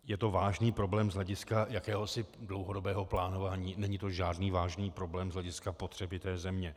Je to vážný problém z hlediska jakéhosi dlouhodobého plánování, není to žádný vážný problém z hlediska potřeby té země.